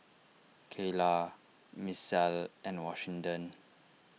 Cayla Misael and Washington